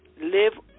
Live